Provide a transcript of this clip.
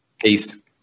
Peace